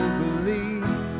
believe